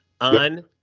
on